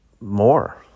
more